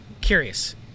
Curious